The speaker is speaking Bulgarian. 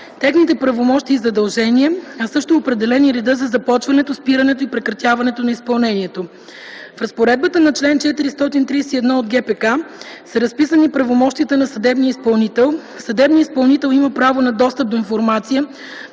техните правомощия и задължения, а също е определен и редът за започването, спирането и прекратяването на изпълнението. В разпоредбата на чл. 431 от ГПК са разписани правомощията на съдебния изпълнител – съдебният изпълнител има право на достъп до информация